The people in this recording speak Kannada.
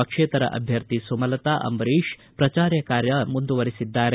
ಪಕ್ಷೇತರ ಅಭ್ಯರ್ಥಿ ಸುಮಲತಾ ಅಂಬರೀಶ್ ಪ್ರಚಾರ ಕಾರ್ಕ ಮುಂದುವರಿಸಿದ್ದಾರೆ